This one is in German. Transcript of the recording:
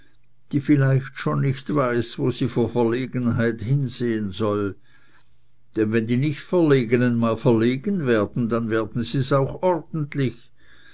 die vielleicht schon nicht weiß wo sie vor verlegenheit hinsehen soll denn wenn die nichtverlegenen mal verlegen werden dann werden sie's auch ordentlich